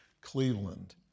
Cleveland